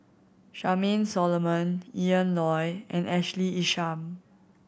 Charmaine Solomon Ian Loy and Ashley Isham